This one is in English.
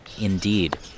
Indeed